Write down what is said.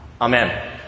Amen